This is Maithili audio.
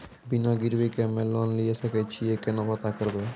बिना गिरवी के हम्मय लोन लिये सके छियै केना पता करबै?